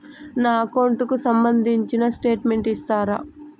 నా అకౌంట్ కు సంబంధించిన స్టేట్మెంట్స్ ఇస్తారా